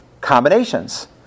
combinations